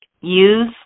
Use